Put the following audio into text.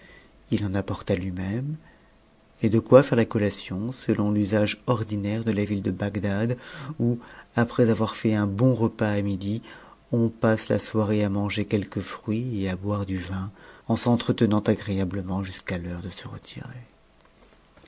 u en apporta lui-même et de quoi faire la collation t'ton t'hsage ordinaire de la viiïe de bagdad où après avoir fait un bon repas à midi on passe la soirée à manger quelques fruits et à boi du vin en s'entretenant agréablement jusqu'à l'heure de se retirer